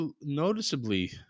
noticeably